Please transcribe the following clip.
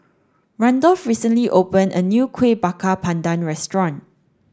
Randolf recently open a new Kuih Bakar Pandan restaurant